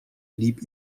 blieb